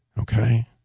okay